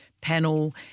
panel